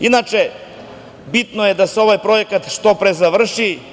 Inače, bitno je da se ovaj projekat što pre završi.